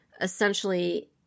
essentially